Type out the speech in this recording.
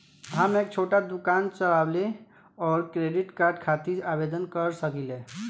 हम एक छोटा दुकान चलवइले और क्रेडिट कार्ड खातिर आवेदन कर सकिले?